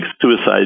suicide